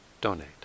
donate